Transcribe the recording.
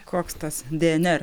koks tas dnr